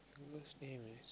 girl's name is